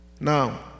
Now